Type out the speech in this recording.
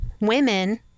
women